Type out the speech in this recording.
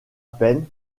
peine